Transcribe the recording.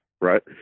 right